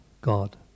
God